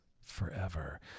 forever